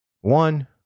One